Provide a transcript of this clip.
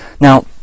Now